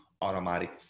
automatic